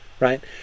right